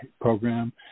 program